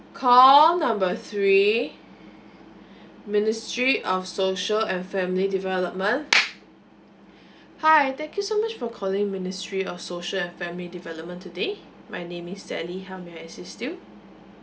call number three ministry of social and family development hi thank you so much for calling ministry of social and family development today my name is sally how may I assist you